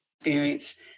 experience